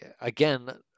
again